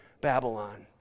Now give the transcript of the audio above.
Babylon